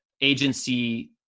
agency